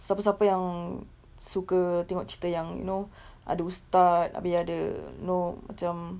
siapa-siapa yang suka tengok cerita yang you know ada ustad habis ada you know macam